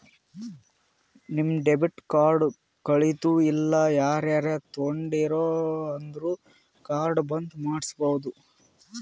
ನಿಮ್ debit card ಕಳಿತು ಇಲ್ಲ ಯಾರರೇ ತೊಂಡಿರು ಅಂದುರ್ ಕಾರ್ಡ್ ಬಂದ್ ಮಾಡ್ಸಬೋದು